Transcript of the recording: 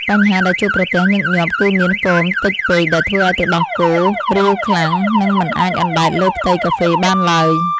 បញ្ហាដែលជួបប្រទះញឹកញាប់ គឺមានហ្វូមតិចពេកដែលធ្វើឱ្យទឹកដោះគោរាវខ្លាំង និងមិនអាចអណ្តែតលើផ្ទៃកាហ្វេបានឡើយ។